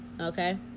okay